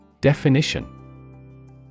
Definition